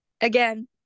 Again